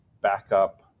backup